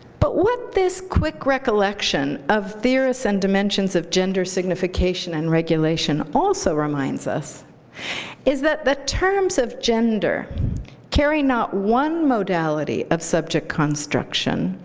but what this quick recollection of theorists and dimensions of gender signification and regulation also reminds us is that the terms of gender carry not one modality of subject construction,